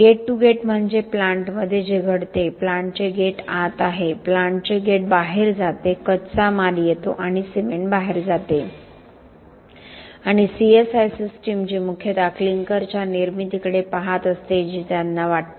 gate to gate म्हणजे प्लांटमध्ये जे घडते प्लांटचे गेट आत येते प्लांटचे गेट बाहेर जाते कच्चा माल येतो आणि सिमेंट बाहेर जातो आणि सीएसआय सिस्टम जी मुख्यतः क्लिंकरच्या निर्मितीकडे पाहत असते जी त्यांना वाटते